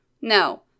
No